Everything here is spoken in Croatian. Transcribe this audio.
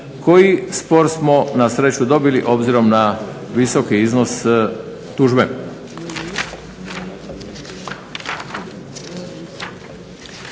koji spor smo na sreću dobili, obzirom na visoki iznos tužbe.